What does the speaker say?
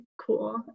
cool